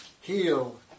heal